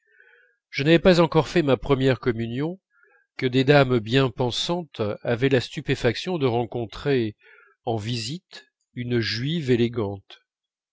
je n'avais pas encore fait ma première communion que des dames bien pensantes avaient la stupéfaction de rencontrer en visite une juive élégante